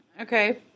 Okay